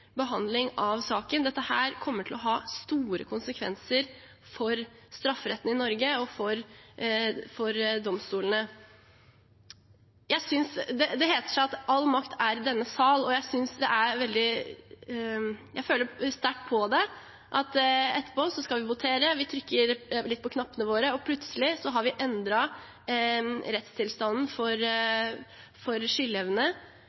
behandling av den. Dette kommer til å ha store konsekvenser for strafferetten i Norge og for domstolene. Det heter seg at all makt er i denne sal, og jeg føler sterkt på at etterpå skal vi votere, vi trykker litt på knappene våre, og plutselig har vi endret rettstilstanden for